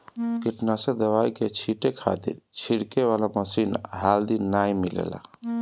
कीटनाशक दवाई के छींटे खातिर छिड़के वाला मशीन हाल्दी नाइ मिलेला